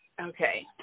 Okay